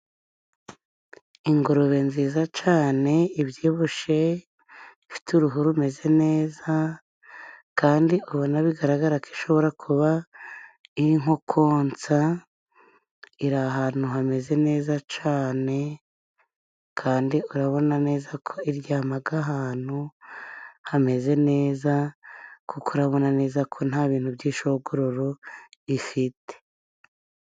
Ingurube nziza cane ibyibushe, ibifite uruhu rumeze neza, kandi ubona bigaragara ko ishobora kuba iri nko konsa .Iri ahantutu hameze neza cane kandi urabona neza ko iryamaga ahantu hameze neza kuko urabona neza ko nta bintu by'ishogororo ifite.